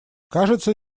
кажется